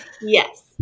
Yes